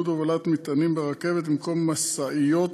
הובלת מטענים ברכבת במקום במשאיות